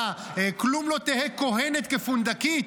מה, כלום לא תהא כוהנת כפונדקית?